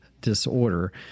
disorder